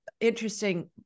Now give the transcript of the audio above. interesting